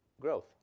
growth